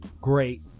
great